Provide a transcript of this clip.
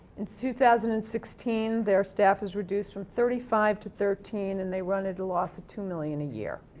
in two thousand and sixteen, their staff was reduced from thirty five to thirteen and they run at a loss of two million a year.